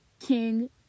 King